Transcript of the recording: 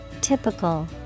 typical